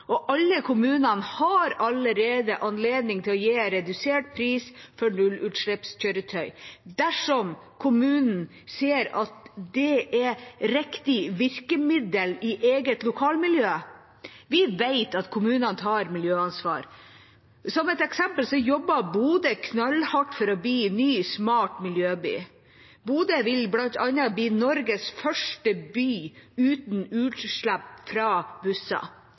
Og alle kommunene har allerede anledning til å gi redusert pris for nullutslippskjøretøy dersom kommunen ser at det er riktig virkemiddel i eget lokalmiljø. Vi vet at kommunene tar miljøansvar. Som et eksempel jobber Bodø knallhardt for å bli en ny smart miljøby. Bodø vil bl.a. bli Norges første by uten utslipp fra